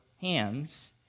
hands